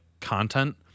content